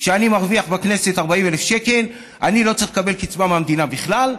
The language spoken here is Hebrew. כשאני מרוויח בכנסת 40,000 שקל אני לא צריך לקבל קצבה מהמדינה בכלל,